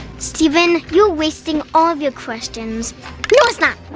stephen, you're wasting all of your questions not!